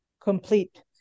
complete